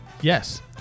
Yes